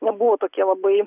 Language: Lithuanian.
nebuvo tokie labai